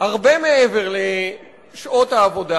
הרבה מעבר לשעות העבודה,